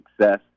success